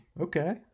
okay